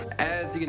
as you can